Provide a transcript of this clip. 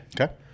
Okay